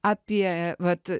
apie vat